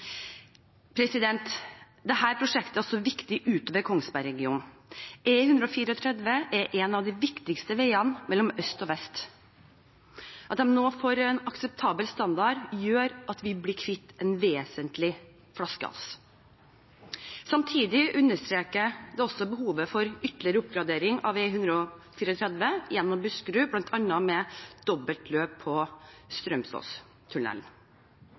prosjektet er også viktig utover Kongsberg-regionen. E134 er en av de viktigste veiene mellom øst og vest. At de nå får en akseptabel standard, gjør at vi blir kvitt en vesentlig flaskehals. Samtidig understreker det også behovet for ytterligere oppgradering av E134 gjennom Buskerud bl.a. med dobbeltløp på Strømsåstunnelen.